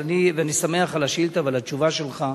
ואני שמח על השאילתא ועל התשובה שלך,